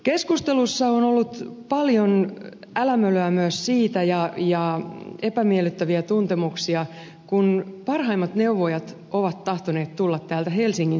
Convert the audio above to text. keskustelussa on ollut paljon älämölöä ja epämiellyttäviä tuntemuksia myös siitä kun parhaimmat neuvojat ovat tahtoneet tulla täältä helsingin seudulta